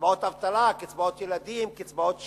קצבאות אבטלה, קצבאות ילדים, קצבאות שאירים,